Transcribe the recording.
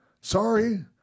Sorry